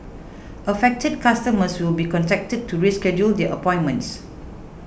affected customers will be contacted to reschedule their appointments